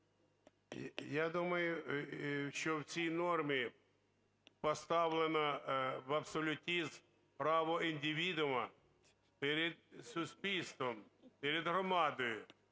Я думаю, що в цій нормі поставлено в абсолютизм право індивідуума перед суспільством, перед громадою.